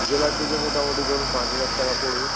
জেলার পেজে মোটামোটি ধরুন পাঁচ হাজার টাকা পড়বে